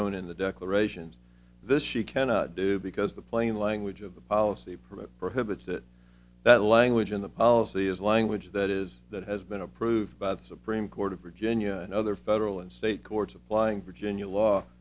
tone in the declarations this she cannot do because the plain language of the policy permit prohibits it that language in the policy is language that is that has been approved by the supreme court of virginia and other federal and state courts applying virginia law